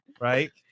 right